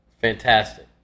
Fantastic